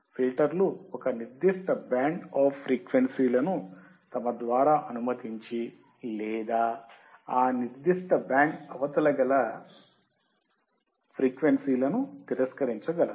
ఫిల్టర్లు ఒక నిర్దిష్ట బ్యాండ్ ఆఫ్ ఫ్రీక్వెన్సీలను తమ ద్వారా అనుమతించి లేదా ఆ నిర్దిష్ట బ్యాండ్ అవతల గల ఫ్రీక్వెన్సీలను తిరస్కరించగలదు